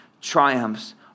triumphs